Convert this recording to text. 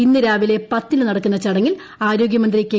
ഇന്ന് രാവിലെ പത്തിന് നടക്കുന്ന ചടങ്ങിൽ ആരോഗ്യമന്ത്രി കെ